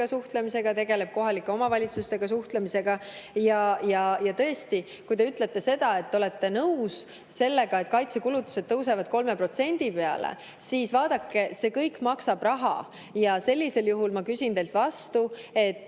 suhtlemisega, tegeleb kohalike omavalitsustega suhtlemisega. Tõesti, te ütlete, et olete nõus sellega, et kaitsekulutused tõusevad 3% peale. Aga vaadake, see kõik maksab raha. Sellisel juhul ma küsin teilt vastu: